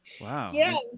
Wow